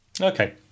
okay